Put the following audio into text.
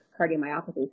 cardiomyopathy